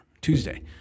Tuesday